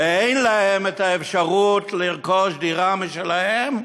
ואין להם אפשרות לרכוש דירה משלהם,